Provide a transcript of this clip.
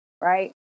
right